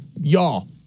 y'all